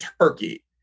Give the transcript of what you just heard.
Turkey